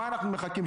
למה אנחנו מחכים,